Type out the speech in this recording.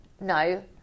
No